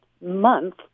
month